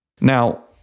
Now